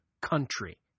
country